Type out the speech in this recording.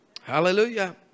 Hallelujah